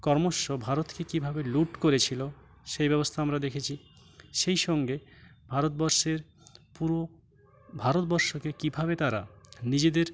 কর্মশ্য ভারতকে কীভাবে লুট করেছিলো সেই ব্যবস্থা আমরা দেখেছি সেই সঙ্গে ভারতবর্ষের পুরো ভারতবর্ষকে কীভাবে তারা নিজেদের